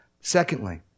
Secondly